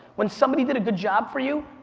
when somebody did a good job for you,